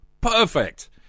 Perfect